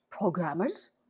programmers